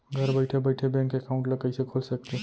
घर बइठे बइठे बैंक एकाउंट ल कइसे खोल सकथे?